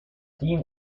dean